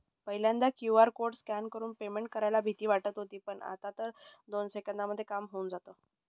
पहिल्यांदा QR code scan करून payment करायला भीती वाटत होती पण, आता तर दोन सेकंदांमध्ये काम होऊन जातं